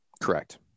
Correct